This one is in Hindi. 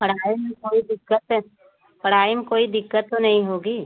पढ़ाई में कोई दिक्कत पढ़ाई में कोई दिक्कत तो नहीं होगी